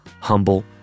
humble